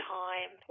time